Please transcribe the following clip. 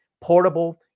portable